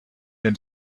been